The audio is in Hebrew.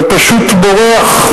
ופשוט בורח,